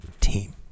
team